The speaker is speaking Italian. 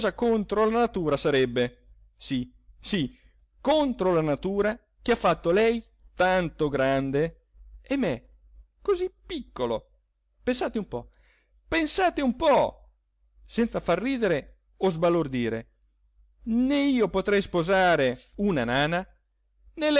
contro la natura sarebbe sì sì contro la natura che ha fatto lei tanto grande e me così piccolo pensate un po pensate un po senza far ridere o sbalordire né io potrei sposare una nana